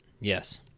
Yes